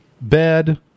bed